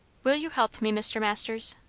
will you help me, mr. masters?